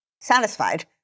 satisfied